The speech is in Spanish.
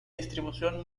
distribución